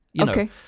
Okay